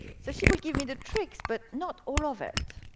so she will give me the tricks, but not all of it.